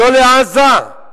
לא לעזה?